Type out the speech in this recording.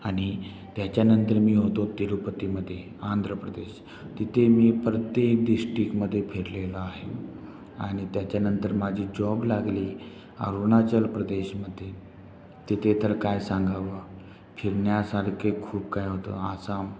आणि त्याच्यानंतर मी होतो तिरुपतीमध्ये आंध्रप्रदेश तिथे मी प्रत्येक डिश्टिकमध्ये फिरलेलो आहे आणि त्याच्यानंतर माझी जॉब लागली अरुणाचल प्रदेशमध्ये तिथे तर काय सांगावं फिरण्यासारखे खूप काही होतं आसाम